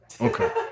Okay